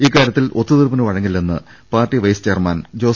ഇക്കാരൃത്തിൽ ഒത്തു തീർപ്പിന് വഴങ്ങില്ലെന്ന് പാർട്ടി വൈസ് ചെയർമാൻ ജോസ്